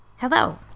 Hello